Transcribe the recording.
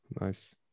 Nice